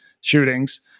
shootings